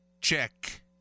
Check